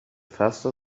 faster